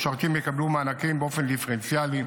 בהתאם להחלטת הממשלה מס'